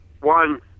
one